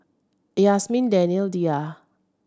Yasmin Danial Dhia